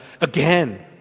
again